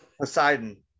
Poseidon